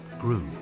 grew